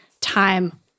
time